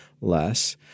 less